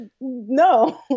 no